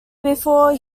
before